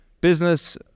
business